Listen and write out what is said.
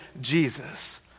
Jesus